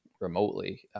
remotely